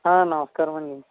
నమస్కారం అండి